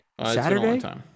Saturday